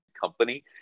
company